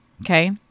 okay